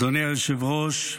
אדוני היושב-ראש,